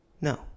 No